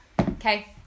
Okay